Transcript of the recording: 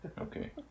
Okay